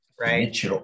Right